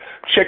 check